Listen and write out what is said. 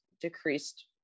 decreased